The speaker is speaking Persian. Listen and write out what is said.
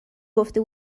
گفته